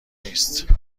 نیست